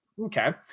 Okay